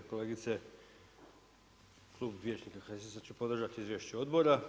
Kolegice klub vijećnika HSS-a će podržati izvješće odbora.